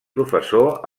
professor